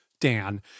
Dan